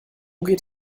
geht